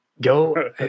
go